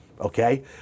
Okay